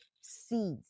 seeds